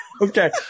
Okay